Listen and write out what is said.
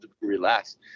relax